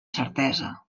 certesa